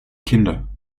kinder